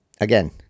again